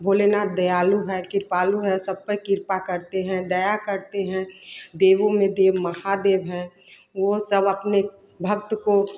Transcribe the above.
भोलेनाथ दयालु है कृपालु है सब पर कृपा करते हैं दया करते हैं देवों में देव महादेव है वह सब अपने भक्त को